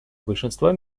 большинства